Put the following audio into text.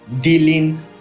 Dealing